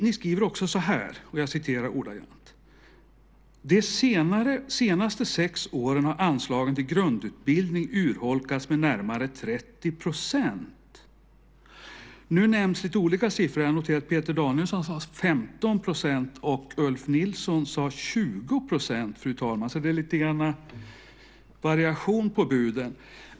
Ni skriver också så här: "De senaste sex åren har anslagen till grundutbildning urholkats med närmare 30 procent." Nu nämns lite olika siffror. Jag noterar att Peter Danielsson sade 15 % och Ulf Nilsson sade 20 %, fru talman. Det är lite variation på buden.